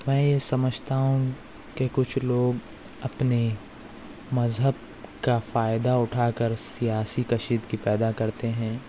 میں یہ سمجھتا ہوں کہ کچھ لوگ اپنے مذہب کا فائدہ اٹھا کر سیاسی کشیدگی پیدا کرتے ہیں